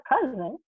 cousin